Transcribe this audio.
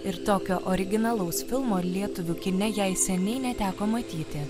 ir tokio originalaus filmo lietuvių kine jai seniai neteko matyti